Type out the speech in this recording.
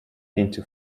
into